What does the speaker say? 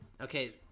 Okay